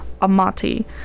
amati